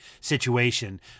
situation